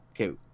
okay